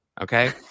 Okay